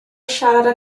siarad